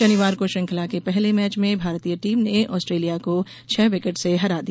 शनिवार को श्रंखला के पहले मैच में भारतीय टीम ने ऑस्ट्रेलिया को छह विकेट से हरा दिया